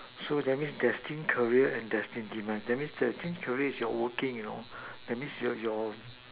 so that mean destine career and destine demise that mean destine career is your working you know that means your your